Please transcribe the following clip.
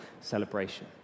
celebration